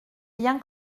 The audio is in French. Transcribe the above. bien